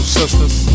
sisters